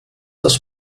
das